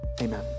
Amen